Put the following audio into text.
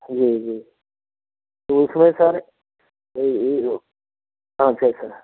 जी जी इसमें सर जी जी अच्छा